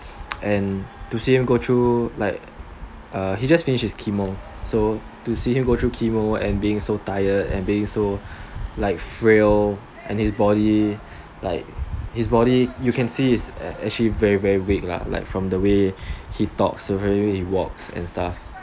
and to see him go through like uh he just finished his chemo so to see him go through chemo and being so tired and being so like frail and his body like his body you can see is actually very very weak lah like from the way he talks he walk sand stuff